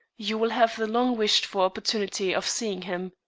you will have the long-wished-for opportunity of seeing him.